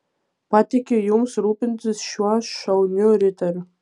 patikiu jums rūpintis šiuo šauniu riteriu